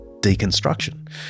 deconstruction